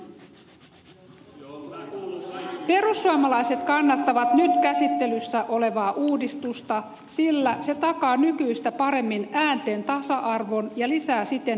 perussuomalaiset kannattavat nyt käsittelyssä olevaa uudistusta sillä se takaa nykyistä paremmin äänten tasa arvon ja lisää siten oikeudenmukaisuutta